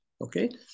okay